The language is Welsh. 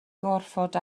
gorfod